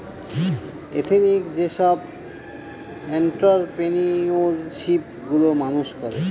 ethnic যেসব entrepreneurship গুলো মানুষ করে